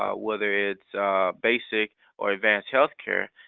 ah whether it's basic or advanced healthcare.